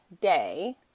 day